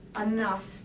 enough